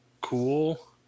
Cool